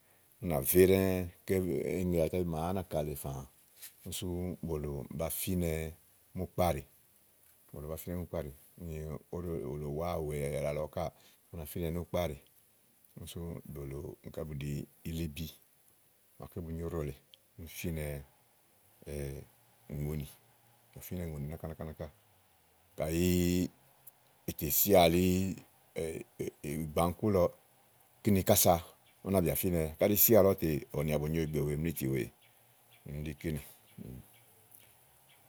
ú nà vé ɖɛ́ɛ́ ké véŋeŋe màa ánàka lèe fãã úni sú bòlò bafínɛ múùkpáɖèe, bòlò ba fínɛ múùkpáɖèe, úni óɖò ó lèe ùwá wèe alɔ káà fínɛ núùkpáɖèe nú sú bòlò búniká bù ɖi ilíbi màaké bu nyo óɖòlèe, fínɛ ùŋonì úni fínɛ ùŋonì náka náka náka kàyi ètè sìà li ìgbãkú lɔ kíni kása ú náa bì afínɛwɛ ka àɖe sià àlɔ tè ɔ̀wɔ nìà bù nyo ìgbè wèe mlìítì wèe, úni ɖí kínì.